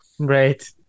Right